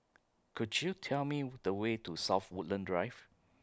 Could YOU Tell Me The Way to South Woodlands Drive